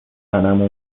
عمو